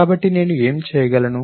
కాబట్టి నేను ఏమి చేయగలను